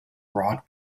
broad